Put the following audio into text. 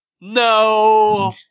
No